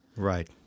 Right